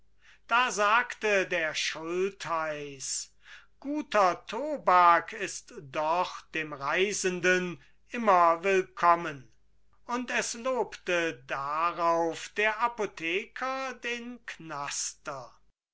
da sagte der schultheiß guter tobak ist doch dem reisenden immer willkommen und es lobte darauf der apotheker den knaster